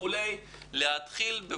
צריך להתחיל יותר